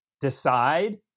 decide